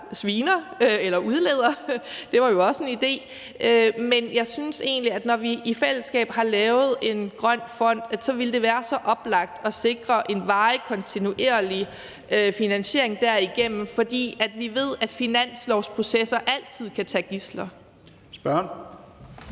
sviner eller udleder. Det var jo også en idé, men jeg synes egentlig, at når vi i fællesskab har lavet en grøn fond, ville det være så oplagt at sikre en varig, kontinuerlig finansiering derigennem, fordi vi ved, at finanslovsprocesser altid kan tage gidsler. Kl.